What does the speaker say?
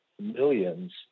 millions